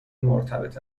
مرتبط